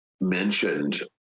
mentioned